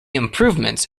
improvements